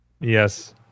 Yes